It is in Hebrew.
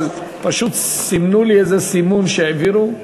אבל פשוט סימנו לי איזה סימון שהעבירו,